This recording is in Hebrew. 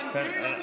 ותקראו על